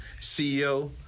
CEO